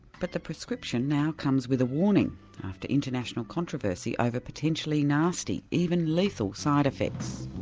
but the prescription now comes with a warning after international controversy over potentially nasty, even lethal side effects.